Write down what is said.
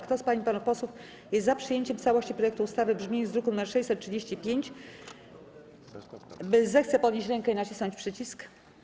Kto z pań i panów posłów jest za przyjęciem w całości projektu ustawy w brzmieniu z druku nr 635, zechce podnieść rękę i nacisnąć przycisk.